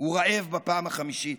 הוא רעב בפעם החמישית.